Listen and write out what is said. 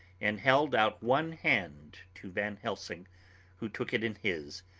and held out one hand to van helsing who took it in his,